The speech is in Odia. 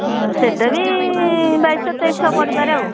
ସେଇଟା ବି ବାଇଶଶହ ତେଇଶଶହ ପଡ଼ିପାରେ ଆଉ